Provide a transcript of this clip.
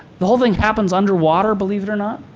the whole thing happens underwater, believe it or not.